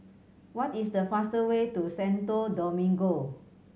what is the fastest way to Santo Domingo